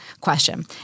question